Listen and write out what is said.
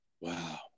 Wow